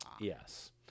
yes